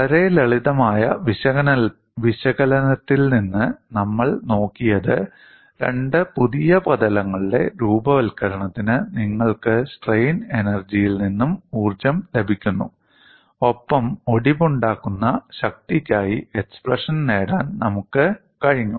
വളരെ ലളിതമായ വിശകലനത്തിൽ നിന്ന് നമ്മൾ നോക്കിയത് രണ്ട് പുതിയ പ്രതലങ്ങളുടെ രൂപവത്കരണത്തിന് നിങ്ങൾക്ക് സ്ട്രെയിൻ എനർജിയിൽ നിന്ന് ഊർജ്ജം ലഭിക്കുന്നു ഒപ്പം ഒടിവുണ്ടാക്കുന്ന ശക്തിക്കായി എക്സ്പ്രഷൻ നേടാൻ നമുക്ക് കഴിഞ്ഞു